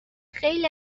خیلی